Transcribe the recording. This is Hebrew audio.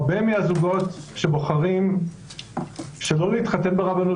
הרבה מהזוגות שבוחרים שלא להתחתן ברבנות